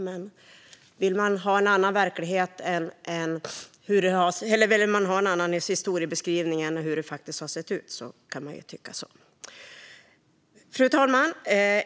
Men vill man ha en historiebeskrivning som inte stämmer överens med hur det faktiskt har sett ut kan man ju säga som Moderaterna gör. Fru talman!